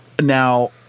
Now